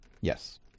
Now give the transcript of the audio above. Yes